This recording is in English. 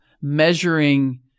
measuring